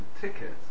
tickets